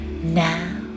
Now